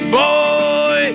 boy